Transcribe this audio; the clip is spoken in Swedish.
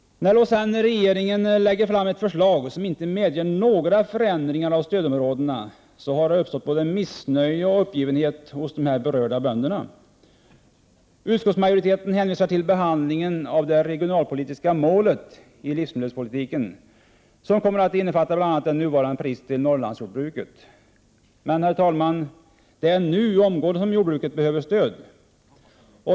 När regeringen sedan lägger fram ett förslag som inte medger några förändringar av stödområdena, har det uppstått både missnöje och uppgivenhet bland de berörda bönderna. Utskottsmajoriteten hänvisar till det regionalpolitiska målet i livsmedelspoltiken, som kommer att innefatta bl.a. nuvarande prisstödet till Norrlandsjordbruken. Men, herr talman, det är omgående som jordbruket behöver stöd.